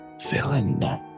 feeling